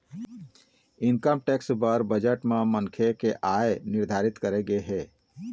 income tax बर budget म मनखे के आय निरधारित करे गे हे